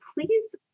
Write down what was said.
please